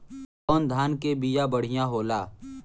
कौन धान के बिया बढ़ियां होला?